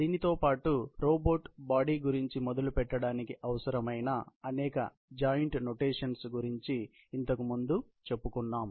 దీనితోపాటు robot body గురించి మొదలు పెట్టడానికి అవసరమైన అనేక జాయింట్ నోటేషన్స్ గురించి ఇంతకు ముందు చెప్పుకున్నాం